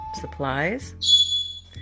supplies